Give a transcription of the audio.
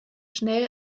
schnell